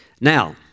Now